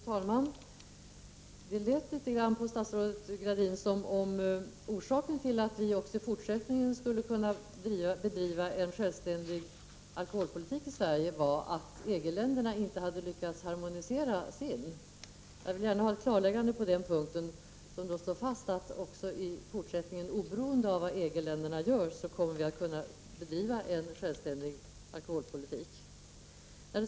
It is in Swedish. Fru talman! Det lät litet grand på statsrådet Gradin som om orsaken till att vi också i fortsättningen skulle kunna bedriva en självständig alkoholpolitik i Sverige var att EG-länderna inte hade lyckats harmonisera sin. Jag vill gärna 37 ha ett klarläggande på den punkten. Kommer vi i fortsättningen, oberoende av vad EG-länderna gör, att kunna bedriva en självständig svensk alkoholpolitik?